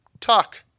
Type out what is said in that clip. talk